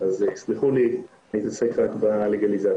אז יסלחו לי, אני אתעסק רק בלגליזציה.